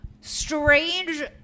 strange